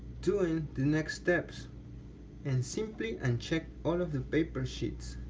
doing the next steps and simply, uncheck all of the paper sheets